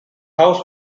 house